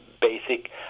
basic